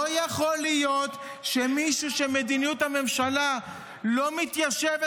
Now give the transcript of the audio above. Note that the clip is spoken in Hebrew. לא יכול להיות שמישהו שמדיניות הממשלה לא מתיישבת